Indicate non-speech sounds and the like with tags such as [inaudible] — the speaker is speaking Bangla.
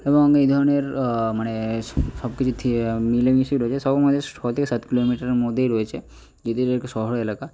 এবং এই ধরনের মানে সব কিছু [unintelligible] মিলে মিশে রয়েছে সব আমাদের ছ থেকে সাত কিলোমিটারের মধ্যেই রয়েছে যদিও এটা একটা শহর এলাকা